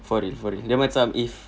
for real for real dia macam if